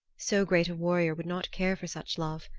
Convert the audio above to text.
so great a warrior would not care for such love.